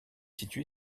situé